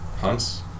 Hunts